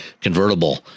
convertible